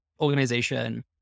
organization